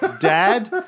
Dad